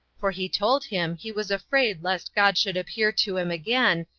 for he told him he was afraid lest god should appear to him again,